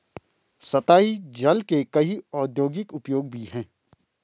सतही जल के कई औद्योगिक उपयोग भी हैं